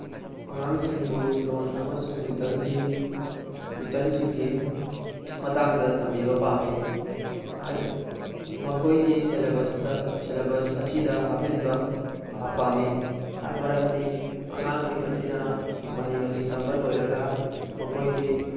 ꯑꯉꯥꯡꯁꯤꯡꯕꯨ ꯂꯣꯟ ꯑꯃꯁꯨꯡ ꯔꯤꯇꯔꯟꯒꯤ ꯔꯤꯇꯔꯟꯁꯤꯡꯒꯤ ꯃꯇꯥꯡꯗ ꯇꯝꯕꯤꯕ ꯄꯥꯝꯃꯤ ꯍꯣꯏ ꯃꯈꯣꯏꯒꯤ ꯁꯤꯂꯦꯕꯁꯇ ꯁꯤꯂꯦꯕꯁ ꯑꯁꯤꯗ ꯍꯥꯞꯆꯤꯟꯕ ꯄꯥꯝꯃꯤ ꯃꯔꯝꯗꯤ ꯑꯉꯥꯡꯁꯤꯡ ꯑꯁꯤꯅ ꯃꯍꯩ ꯃꯁꯤꯡ ꯇꯝꯕ ꯂꯣꯏꯔꯒ ꯃꯈꯣꯏꯒꯤ